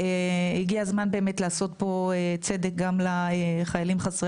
הגיע הזמן באמת לעשות פה צדק גם לחיילים חסרי